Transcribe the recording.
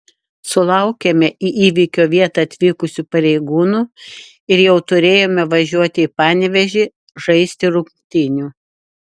sulaukėme į įvykio vietą atvykusių pareigūnų ir jau turėjome važiuoti į panevėžį žaisti rungtynių